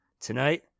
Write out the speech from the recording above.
Tonight